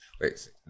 wait